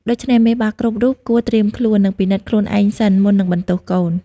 ដូច្នេះ មេបាគ្រប់រូបគួរត្រៀមខ្លួន និងពិនិត្យខ្លួនឯងសិន មុននឹងបន្ទោសកូន។